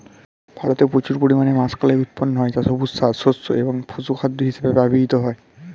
ভারতে প্রচুর পরিমাণে মাষকলাই উৎপন্ন হয় যা সবুজ সার, শস্য এবং পশুখাদ্য হিসেবে ব্যবহৃত হয়